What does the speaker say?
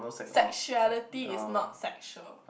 sexuality is not sexual